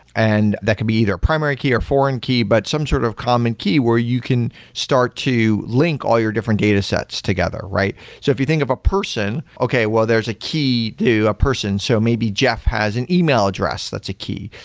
and that could be either a primary key or a foreign key, but some sort of common key where you can start to link all your different datasets together. so if you think of a person. okay, well, there's a key to a person. so maybe jeff has an email address that's a key.